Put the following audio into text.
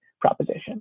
proposition